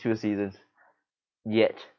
two seasons yet